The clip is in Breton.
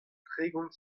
tregont